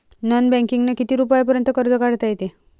Non बँकिंगनं किती रुपयापर्यंत कर्ज काढता येते?